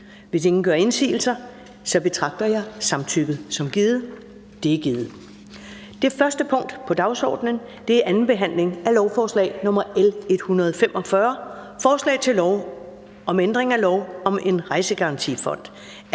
Hvis ingen gør indsigelse, betragter jeg samtykket som givet. Det er givet. --- Det første punkt på dagsordenen er: 1) 2. behandling af lovforslag nr. L 145: Forslag til lov om ændring af lov om en rejsegarantifond.